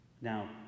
Now